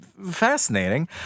fascinating